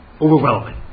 Overwhelming